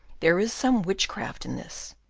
there is some witchcraft in this.